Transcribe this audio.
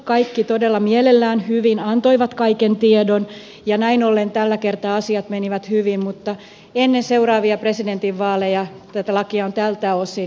kaikki todella mielellään hyvin antoivat kaiken tiedon ja näin ollen tällä kertaa asiat menivät hyvin mutta ennen seuraavia presidentinvaaleja tätä lakia on tältä osin tarkistettava